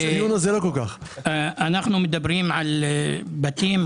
אנחנו מדברים על בתים.